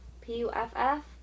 P-U-F-F